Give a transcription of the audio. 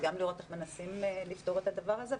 וגם לראות איך מנסים לפתור את הדבר הזה.